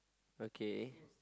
okay